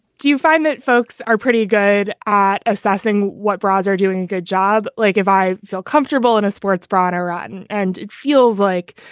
do you find that folks are pretty good at assessing what bras are doing? good job. like if i feel comfortable in a sports bra in iran and it feels like,